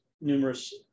numerous